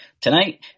Tonight